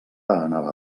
anava